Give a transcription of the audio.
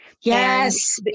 Yes